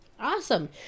Awesome